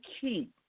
keep